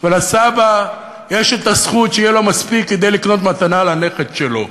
ולסבא יש זכות שיהיה לו מספיק כדי לקנות מתנה לנכד שלו.